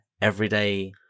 everyday